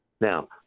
Now